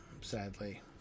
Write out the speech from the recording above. sadly